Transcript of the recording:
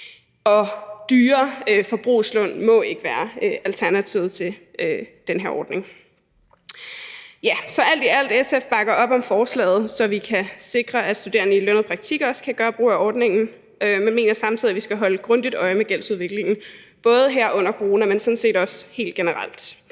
Dyre forbrugslån må ikke være alternativet til den her ordning. Alt i alt bakker SF op om forslaget, så vi kan sikre, at studerende i lønnet praktik også kan gøre brug af ordningen, men vi mener samtidig, at vi skal holde grundigt øje med gældsudviklingen, både her under corona, men sådan set også helt generelt.